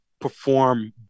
perform